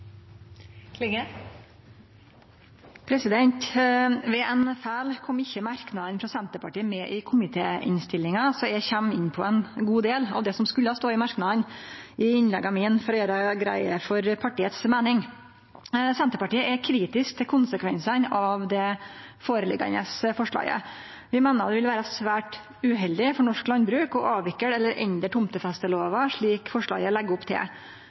Ved ein feil kom ikkje merknadene frå Senterpartiet med i komitéinnstillinga, så i innlegga mine kjem eg inn på ein god del av det som skulle ha stått i merknadene, for å gjere greie for kva partiet meiner. Senterpartiet er kritisk til konsekvensane av det forslaget som ligg føre. Vi meiner det vil vere svært uheldig for norsk landbruk å avvikle eller endre tomtefestelova, slik forslaget legg opp til.